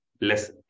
less